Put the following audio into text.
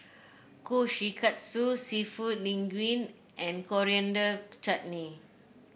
Kushikatsu seafood Linguine and Coriander Chutney